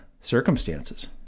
circumstances